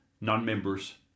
non-members